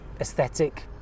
aesthetic